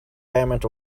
payment